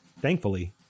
Thankfully